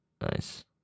nice